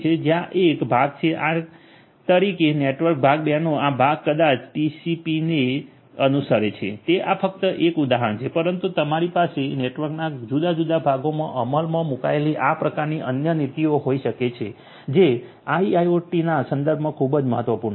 જ્યાં આ એક ભાગ છે આ તરીકે નેટવર્ક ભાગ 2 નો આ ભાગ કદાચ ટીસીપીને અનુસરે છે તે આ ફક્ત એક ઉદાહરણ છે પરંતુ તમારી પાસે નેટવર્કના જુદા જુદા ભાગોમાં અમલમાં મૂકાયેલી આ પ્રકારની અન્ય નીતિઓ હોઈ શકે છે જે IIoT ના સંદર્ભમાં ખૂબ જ મહત્વપૂર્ણ છે